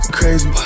crazy